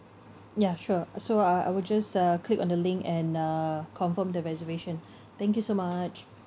ya sure uh so uh I will just uh click on the link and uh confirm the reservation thank you so much